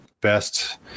best